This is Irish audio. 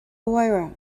mháire